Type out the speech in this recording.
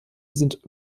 sind